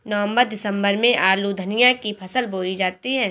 नवम्बर दिसम्बर में आलू धनिया की फसल बोई जाती है?